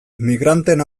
migranteen